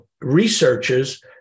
researchers